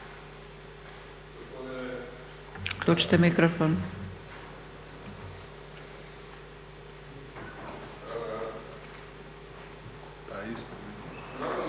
Uključite mikrofon.